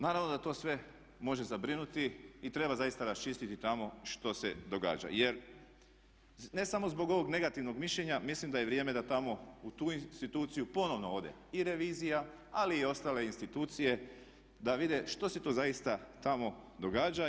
Naravno da to sve može zabrinuti i treba zaista raščistiti tamo što se događa jer ne samo zbog ovog negativnog mišljenja nego mislim da je vrijeme da tamo u tu instituciju ponovno ode i revizija ali i ostale institucije da vide što se to zaista tamo događa.